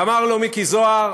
ואמר לו מיקי זוהר,